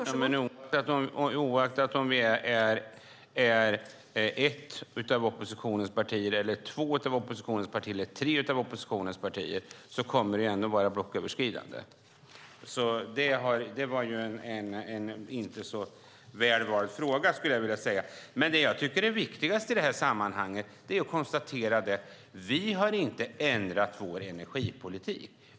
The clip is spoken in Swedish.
Fru talman! Oaktat om vi är ett av oppositionens partier, två av oppositionens partier eller tre av oppositionens partier kommer den ändå att vara blocköverskridande. Jag skulle vilja säga att det inte var en så väl vald fråga. Det viktigaste i det här sammanhanget är att konstatera att vi inte har ändrat vår energipolitik.